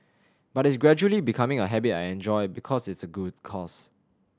but it's gradually becoming a habit I enjoy because it's a good cause